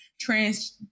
trans